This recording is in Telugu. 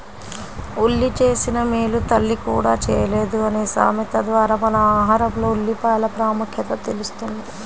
ఉల్లి చేసిన మేలు తల్లి కూడా చేయలేదు అనే సామెత ద్వారా మన ఆహారంలో ఉల్లిపాయల ప్రాముఖ్యత తెలుస్తుంది